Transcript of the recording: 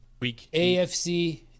AFC